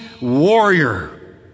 warrior